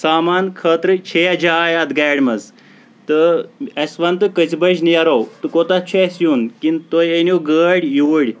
سامان خٲطرٕ چھِےٚ یا جاے اَتھ گاڑِ منٛز تہٕ اَسہِ ون تہٕ کٔژِ بجہِ نیرو تہٕ کوتاتھ چھُ اَسہِ یُن کِنہٕ تُہۍ أنِو گٲڑۍ یوٗرۍ